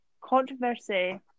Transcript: controversy